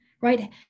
right